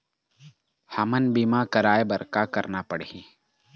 हमन बीमा कराये बर का करना पड़ही?